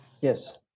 Yes